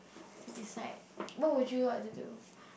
to decide but would you what to do